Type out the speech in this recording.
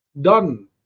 done